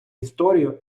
історію